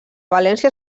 valència